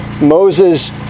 Moses